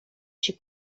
się